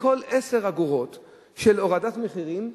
שכל 10 אגורות של הורדת מחירים,